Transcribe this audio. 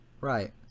right